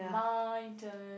my turn